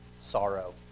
sorrow